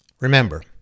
Remember